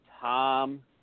Tom